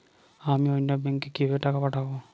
আমি অন্য ব্যাংকে কিভাবে টাকা পাঠাব?